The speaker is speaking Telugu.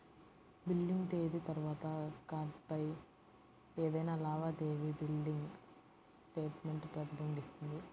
బిల్లింగ్ తేదీ తర్వాత కార్డ్పై ఏదైనా లావాదేవీ బిల్లింగ్ స్టేట్మెంట్ ప్రతిబింబిస్తుంది